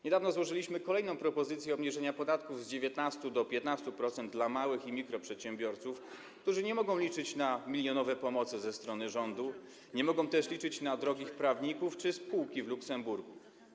Niedawno złożyliśmy kolejną propozycję obniżenia podatków z 19% do 15% dla małych i mikroprzedsiębiorców, którzy nie mogą liczyć na milionowe pomoce ze strony rządu, nie mogą też liczyć na drogich prawników czy spółki w Luksemburgu.